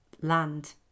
land